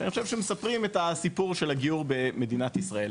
שאני חושב שמספרים את היספור של הגיור במדינת ישראל.